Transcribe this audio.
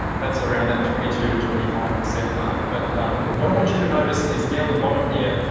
that's around that twenty two to twenty five percent mark but what i want you to notice is down the bottom here,